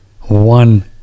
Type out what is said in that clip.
one